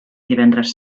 divendres